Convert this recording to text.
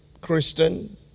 Christian